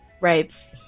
right